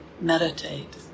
meditate